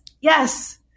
yes